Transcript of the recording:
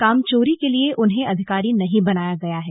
काम चोरी के लिए उन्हें अधिकारी नहीं बनाया गया है